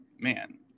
man